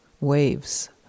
waves